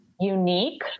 unique